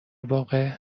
واقع